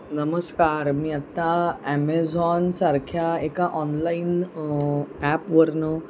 नमस्कार मी आत्ता ॲमेझॉनसारख्या एका ऑनलाईन ॲपवरून